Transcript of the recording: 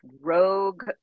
rogue